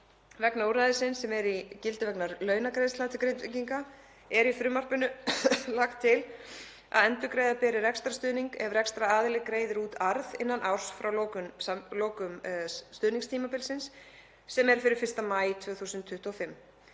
vegna úrræðisins sem er í gildi vegna launagreiðslna til Grindvíkinga er í frumvarpinu lagt til að endurgreiða beri rekstrarstuðning ef rekstraraðili greiðir út arð innan árs frá lokum stuðningstímabilsins, sem er fyrir 1. maí 2025.